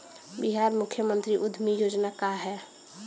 बिहार मुख्यमंत्री उद्यमी योजना का है?